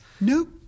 Nope